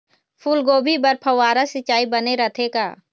फूलगोभी बर फव्वारा सिचाई बने रथे का?